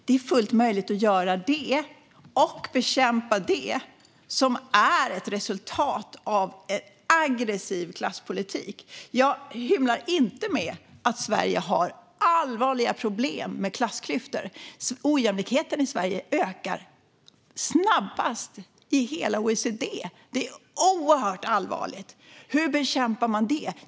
Det är fullt möjligt att både göra detta och bekämpa det som är ett resultat av en aggressiv klasspolitik. Jag hymlar inte med att Sverige har allvarliga problem med klassklyftor. Ojämlikheten i Sverige ökar snabbast i hela OECD; det är oerhört allvarligt. Hur bekämpar man detta?